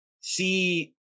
See